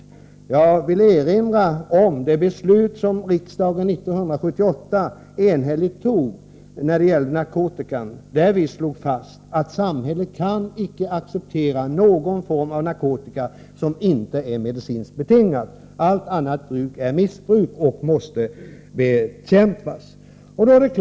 Jag vill erinra om det beslut som riksdagen 1978 enhälligt fattade angående narkotika. Vi slog fast att samhället inte kan acceptera någon form av narkotika som inte är medicinskt betingad. Allt annat bruk är missbruk och måste bekämpas.